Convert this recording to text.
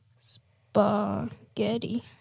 Spaghetti